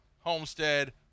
Homestead